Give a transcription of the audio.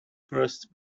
first